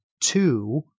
two